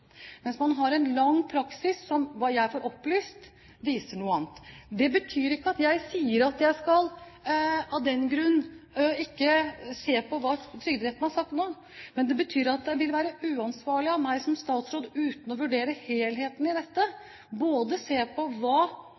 mens man har en lang praksis som – hva jeg får opplyst – viser noe annet. Det betyr ikke at jeg sier at jeg av den grunn ikke skal se på hva Trygderetten har sagt nå, men det betyr at det vil være uansvarlig av meg som statsråd ikke å vurdere helheten i dette – både å se på hva